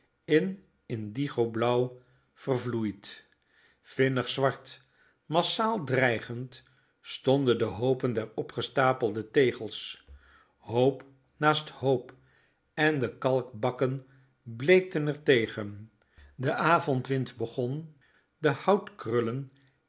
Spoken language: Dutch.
in indigo blauw vervloeid vinnig zwart massaal dreigend stonden de hoopen der opgestapelde tegels hoop naast hoop en de kalkbakken bleekten er tegen de avondwind begon de